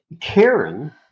Karen